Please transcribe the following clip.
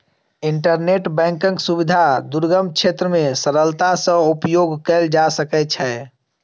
internet बैंकक सुविधा दुर्गम क्षेत्र मे सरलता सॅ उपयोग कयल जा सकै छै